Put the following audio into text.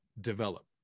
develop